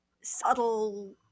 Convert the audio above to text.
subtle